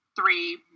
three